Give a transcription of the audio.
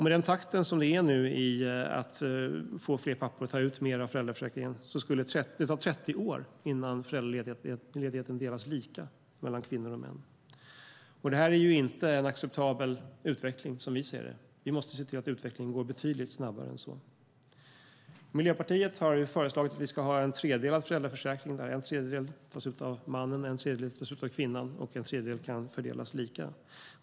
Med den takt som gäller i arbetet med att få fler pappor att ta ut mer av föräldraförsäkringen skulle det ta 30 år innan föräldraledigheten delas lika mellan kvinnor och män. Det är inte en acceptabel utveckling, som vi ser det. Vi måste se till att utvecklingen går betydligt snabbare än så. Miljöpartiet har föreslagit en tredelad föräldraförsäkring där en tredjedel tas ut av mannen, en tredjedel tas ut av kvinnan och en tredjedel kan fördelas lika.